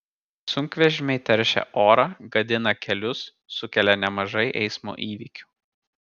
sunkvežimiai teršia orą gadina kelius sukelia nemažai eismo įvykių